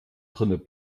drinnen